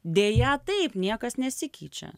deja taip niekas nesikeičia